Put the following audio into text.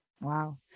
Wow